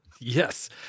Yes